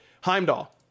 Heimdall